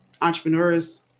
entrepreneurs